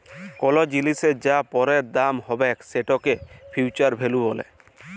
call জিলিসের যা পরের দাম হ্যবেক সেটকে ফিউচার ভ্যালু ব্যলে